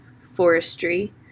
forestry